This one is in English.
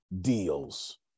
deals